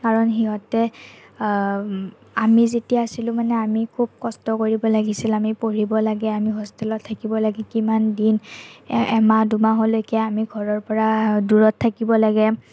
কাৰণ সিহঁতে আমি যেতিয়া আছিলো মানে আমি খুব কষ্ট কৰিব লাগিছিল আমি পঢ়িব লাগে আমি হষ্টেলত থাকিব লাগে কিমান দিন এমাহ দুমাহলৈকে আমি ঘৰৰ পৰা দূৰত থাকিব লাগে